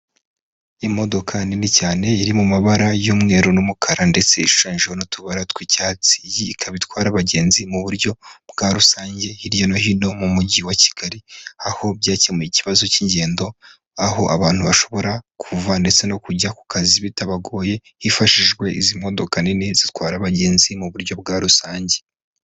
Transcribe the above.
Imodoka nini cyane iri mu mabara y'umweru n'umukara ndetse ishushanyije n'utubara tw'icyatsi, iyi ikaba bitwara abagenzi mu buryo bwa rusange hirya no hino mu mujyi wa kigali, aho byakemuye ikibazo cy'ingendo aho abantu bashobora kuva ndetse no kujya ku kazi bitabagoye hifashishijwe izi modoka nini zitwara abagenzi mu buryo bwa rusange.